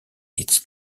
its